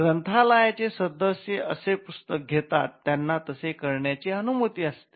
ग्रंथालयाचे सदस्य असे पुस्तक घेतात त्यांना तसे करण्याची अनुमती असते